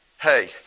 Hey